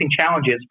challenges